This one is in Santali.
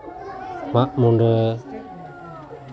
ᱢᱟᱜ ᱢᱚᱬᱮ